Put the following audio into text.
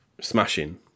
smashing